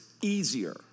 easier